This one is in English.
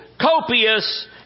copious